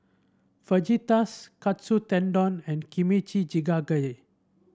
Fajitas Katsu Tendon and Kimchi Jjigae